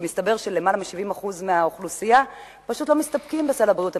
מסתבר שלמעלה מ-70% מהאוכלוסייה פשוט לא מסתפקים בסל הבריאות הבסיסי,